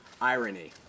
irony